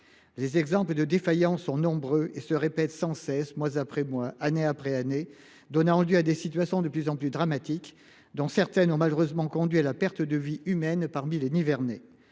Les exemples de défaillances sont nombreux et se répètent sans cesse, mois après mois, année après année. Celles ci donnent lieu à des situations de plus en plus dramatiques, dont certaines ont malheureusement conduit des Nivernais